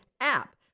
app